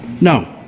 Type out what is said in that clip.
No